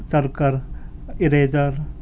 circle eraser